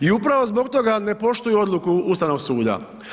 I upravo zbog toga ne poštuju odluku Ustavnog suda.